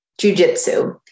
jujitsu